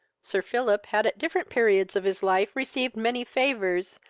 sir philip had at different periods of his life received many favours,